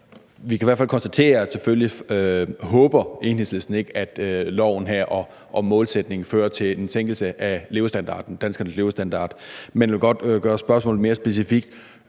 Vi kan i hvert fald konstatere, at selvfølgelig håber Enhedslisten ikke, at loven her og målsætningen fører til en sænkelse af danskernes levestandard, men jeg vil godt gøre spørgsmålet mere specifikt: